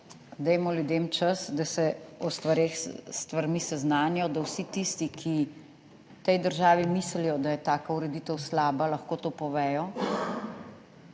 dajmo ljudem čas, da se o stvareh, s stvarmi seznanijo, da vsi tisti, ki v tej državi mislijo, da je taka ureditev slaba, lahko to povejo.